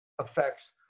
affects